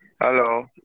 Hello